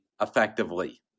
effectively